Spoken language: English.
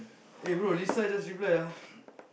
eh bro Lisa just reply ah